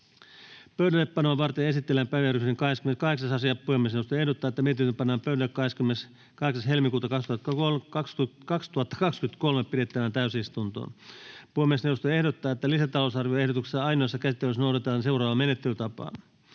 Pöydällepanoa varten esitellään päiväjärjestyksen 28. asia. Puhemiesneuvosto ehdottaa, että mietintö pannaan pöydälle 28.2.2023 pidettävään täysistuntoon. Puhemiesneuvosto ehdottaa, että lisätalousarvioehdotuksen ainoassa käsittelyssä noudatetaan seuraavaa menettelytapaa: